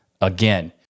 again